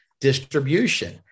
distribution